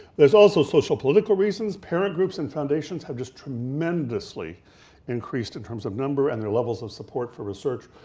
there's also so social political reasons, parent groups and foundations have just tremendously increased in terms of number and their levels of support for research,